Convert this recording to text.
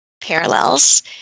parallels